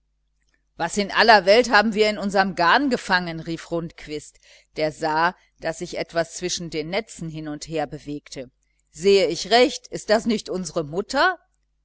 was in aller welt haben wir in unserm garn gefangen rief rundquist der sah daß sich etwas zwischen den netzen hin und her bewegte sehe ich recht ist das nicht unsre mutter